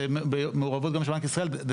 גם במעורבות של בנק ישראל,